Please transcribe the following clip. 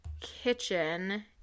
kitchen